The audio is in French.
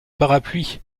parapluie